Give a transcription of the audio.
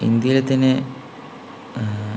ഇന്ത്യയിൽ തന്നെ